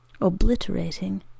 obliterating